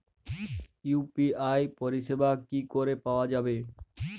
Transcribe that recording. UPI পরিষেবা কি করে পাওয়া যাবে?